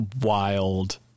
wild